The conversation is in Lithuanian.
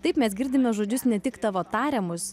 taip mes girdime žodžius ne tik tavo tariamus